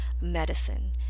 medicine